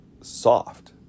soft